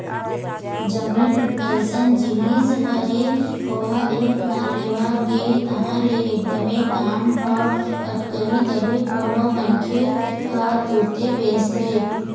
जमीन अइसन जिनिस हरे ओहा एक बार लेवा गे तहाँ ले एकदमे काम ह अटकही तभे कोनो मनखे ह तुरते बेचथे